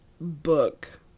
book